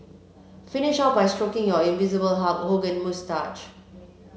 finish off by stroking your invisible Hulk Hogan moustache